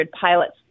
pilots